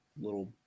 little